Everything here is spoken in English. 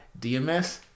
dms